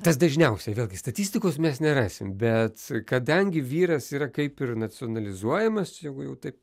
tas dažniausia vėlgi statistikos mes nerasim bet kadangi vyras yra kaip ir nacionalizuojamas jeigu jau taip